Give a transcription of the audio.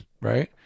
right